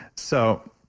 so,